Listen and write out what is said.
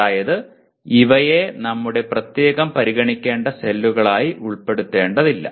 അതായത് ഇവയെ നമ്മുടെ പ്രത്യേകം പരിഗണിക്കേണ്ട സെല്ലുകളായി ഉൾപ്പെടുതേണ്ടതില്ല